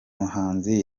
muhanzi